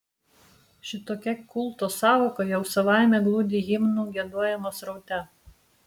šitokia kulto sąvoka jau savaime glūdi himnų giedojimo sraute